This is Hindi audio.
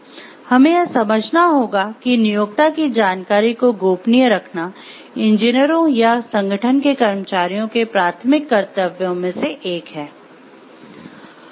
हमें यह समझना होगा कि नियोक्ता की जानकारी को गोपनीय रखना इंजीनियरों या संगठन के कर्मचारियों के प्राथमिक कर्तव्यों में से एक है